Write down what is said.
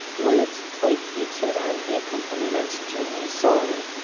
will it take you to learn the accompaniment to a new song?